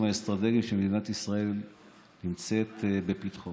האסטרטגיים שמדינת ישראל נמצאת בפתחם.